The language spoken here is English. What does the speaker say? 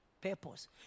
purpose